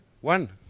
One